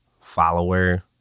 follower